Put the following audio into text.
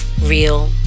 real